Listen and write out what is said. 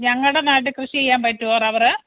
ഞങ്ങടെ നാട്ടില് കൃഷിചെയ്യാൻ പറ്റുവോ റബ്ബര്